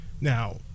Now